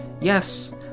Yes